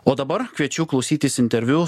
o dabar kviečiu klausytis interviu